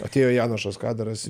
atėjo janošas kadaras